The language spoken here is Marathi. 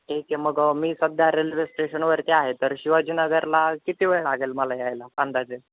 ठीक आहे मग मी सध्या रेल्वे स्टेशनवरती आहे तर शिवाजीनगरला किती वेळ लागेल मला यायला अंदाजे